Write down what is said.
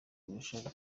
kurushaho